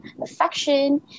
affection